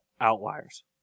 Outliers